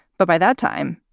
but by that time,